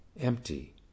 empty